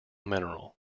mineral